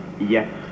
Yes